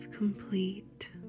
Complete